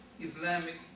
Islamic